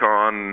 on